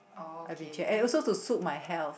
I've been changed and also to suit my health